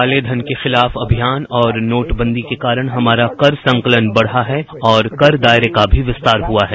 कालेधन के खिलाफ अभियान और नोटबंदी के कारण हमारा कर संकलन बढ़ा है और कर दायरे का भी विस्तार हुआ है